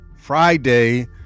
Friday